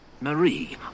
Marie